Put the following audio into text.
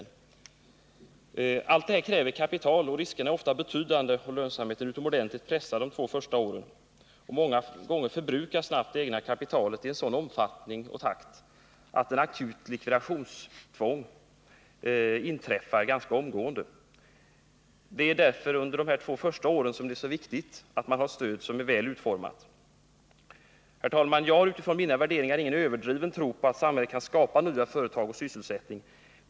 Men allt detta kräver kapital, och riskerna är ofta betydande, för lönsamheten är utomordentligt pressad under de första åren; Många gånger förbrukas det egna kapitalet i en sådan omfattning och takt att ett akut likvidationstvång ganska omgående blir följden. Det är därför som det är så viktigt att man under de två första åren har ett stöd som är väl utformat. Herr talman! Jag har utifrån mina värderingar ingen överdriven tro på att samhället kan skapa nya företag och ny sysselsättning.